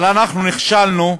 אבל אנחנו נכשלנו,